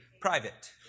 private